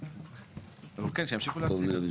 אוקיי, שימשיכו להציג.